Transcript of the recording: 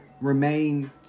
remain